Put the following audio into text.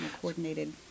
coordinated